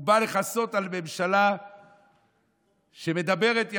הוא בא לכסות על ממשלה שמדברת יפה,